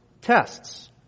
tests